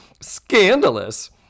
Scandalous